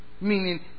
Meaning